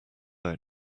out